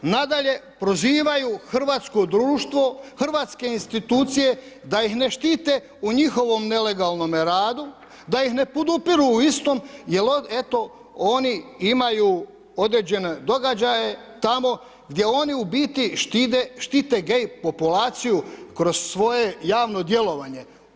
Nadalje, prozivaju hrvatsko društvo, hrvatske institucije da ih ne štite u njihovom nelegalnome radu, da ih ne podupiru u istom jer on eto, oni imaju određene događaje tamo gdje oni u biti štite gay populaciju kroz svoje javno djelovanje.